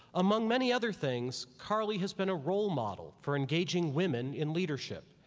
among many other things carly has been a role model for engaging women in leadership,